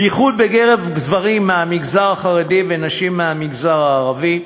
בייחוד בקרב גברים מהמגזר החרדי ונשים מהמגזר הערבי,